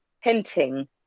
hinting